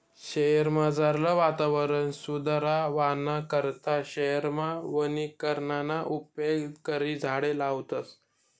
शयेरमझारलं वातावरण सुदरावाना करता शयेरमा वनीकरणना उपेग करी झाडें लावतस